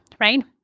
right